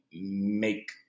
make